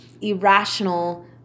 irrational